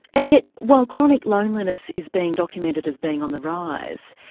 and yet while chronic loneliness is being documented as being on the rise